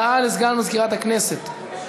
לסגן מזכירת הכנסת.